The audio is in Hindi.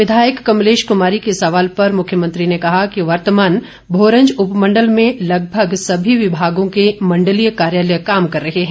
विधायक कमलेश कमारी के सवाल पर मुख्यमंत्री ने कहा कि वेर्तमान भोरंज उपमंडल में लगभग सभी विभागों के मंडलीय कार्यालय काँम कर रहे हैं